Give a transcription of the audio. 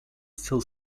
still